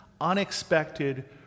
unexpected